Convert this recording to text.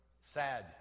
sad